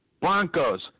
Broncos